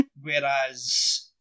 Whereas